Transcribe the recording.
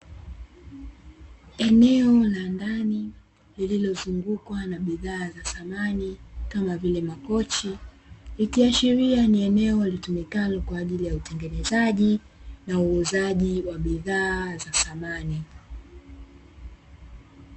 Eneo la ndani lililozungukwa na bidhaa za samani kama vile makochi, ikiashiria ni eneo litumikalo kwa ajili ya utengenezaji na uuzaji wa bidhaa za samani.